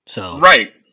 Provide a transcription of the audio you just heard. Right